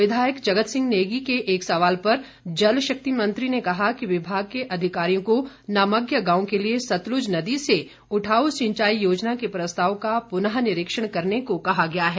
विधायक जगत सिंह नेगी के एक सवाल पर जलशक्ति मंत्री ने कहा कि विभाग के अधिकारियों को नामज्ञा गांव के लिए सतलुज नदी से उठाऊ सिंचाई योजना के प्रस्ताव का पुनःनिरीक्षण करने को कहा गया है